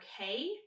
okay